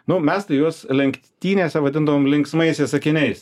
nu mes tai juos lenktynėse vadindavom linksmaisiais akiniais